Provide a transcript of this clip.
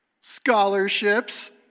Scholarships